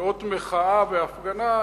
כאות מחאה והפגנה,